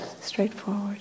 straightforward